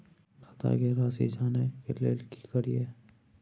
खाता के राशि जानय के लेल की करिए?